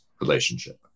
relationship